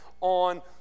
on